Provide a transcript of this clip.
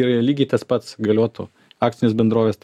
joje lygiai tas pats galiotų akcinės bendrovės